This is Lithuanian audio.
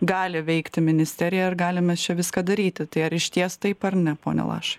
gali veikti ministerija ir galim mes čia viską daryti tai ar išties taip ar ne pone lašai